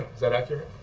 that accurate?